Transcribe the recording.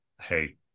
hey